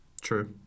True